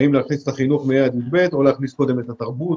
האם להכניס קודם את חינוך כיתות ה'-י"ב או להכניס קודם את התרבות,